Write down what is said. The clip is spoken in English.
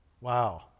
Wow